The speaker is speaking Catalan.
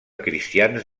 cristians